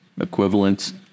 equivalents